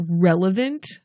relevant